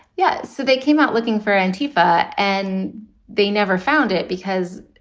yes. so they came out looking for an tifa and they never found it because.